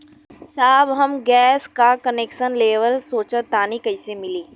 साहब हम गैस का कनेक्सन लेवल सोंचतानी कइसे मिली?